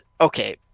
Okay